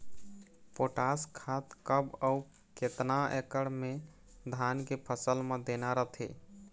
Potash खाद कब अऊ केतना एकड़ मे धान के फसल मे देना रथे?